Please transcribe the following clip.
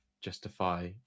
justify